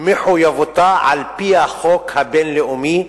מחויבותה על-פי החוק הבין-לאומי,